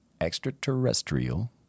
extraterrestrial